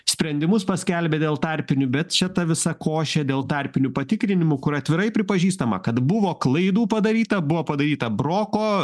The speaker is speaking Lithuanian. sprendimus paskelbė dėl tarpinių bet šitą visą košę dėl tarpinių patikrinimų kur atvirai pripažįstama kad buvo klaidų padaryta buvo padaryta broko